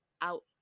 out